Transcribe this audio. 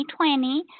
2020